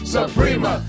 Suprema